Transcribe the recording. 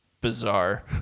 bizarre